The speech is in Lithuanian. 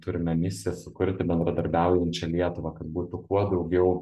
turme misiją sukurti bendradarbiaujančią lietuvą kad būtų kuo daugiau